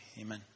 Amen